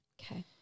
Okay